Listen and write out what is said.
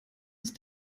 ist